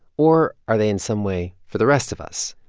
or are they in some way for the rest of us?